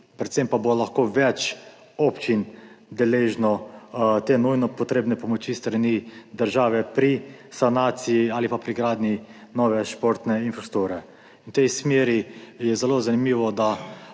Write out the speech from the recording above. predvsem pa bo lahko več občin deležnih te nujno potrebne pomoči s strani države pri sanaciji ali pa pri gradnji nove športne infrastrukture. V tej smeri je zelo zanimivo, da